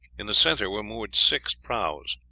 in the center were moored six prahus.